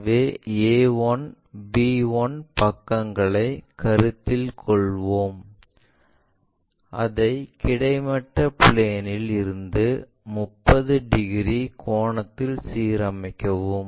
எனவே a1 b1 பக்கத்தைக் கருத்தில் கொள்வோம் அதை கிடைமட்ட பிளேன் இல் இருந்து 30 டிகிரி கோணத்தில் சீரமைக்கவும்